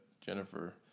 Jennifer